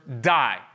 die